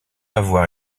avoir